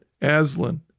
Aslan